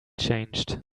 changed